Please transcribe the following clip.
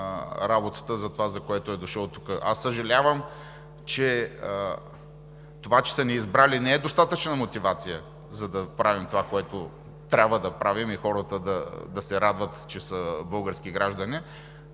работата, за което е дошъл тук. Това, че са ни избрали, не е достатъчна мотивация, за да правим онова, което трябва да правим, и хората да се радват, че са български граждани,